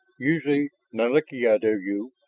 usually nalik'ideyu,